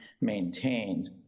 maintained